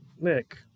Nick